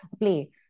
play